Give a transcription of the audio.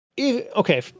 okay